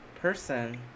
person